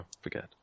forget